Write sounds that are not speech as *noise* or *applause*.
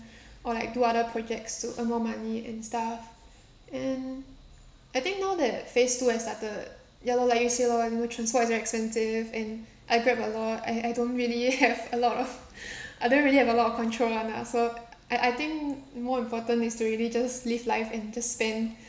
or like do other projects to earn more money and stuff and I think now that phase two has started ya lor like you say lor you know transport is very expensive and I grab a lot I I don't really have *laughs* a lot of I don't really have a lot of control [one] lah so I I think more important is to really just live life and just spend